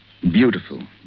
beautiful